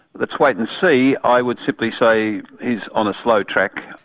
let's wait and see, i would simply say he's on a slow track.